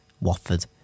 Watford